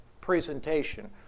presentation